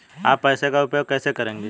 आप पैसे का उपयोग कैसे करेंगे?